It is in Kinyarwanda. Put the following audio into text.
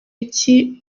iki